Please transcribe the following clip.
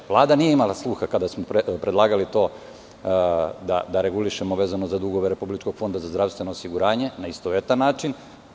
Vlada nije imala sluha kada smo predlagali da to regulišemo, a vezano za dugove Republičkog fonda za zdravstveno osiguranje, na istovetan način.